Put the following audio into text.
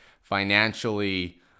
financially